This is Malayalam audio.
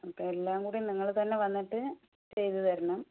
അപ്പോൾ എല്ലാംകൂടി നിങ്ങൾ തന്നെ വന്നിട്ട് ചെയ്തു തരണം